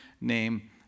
name